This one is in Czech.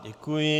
Děkuji.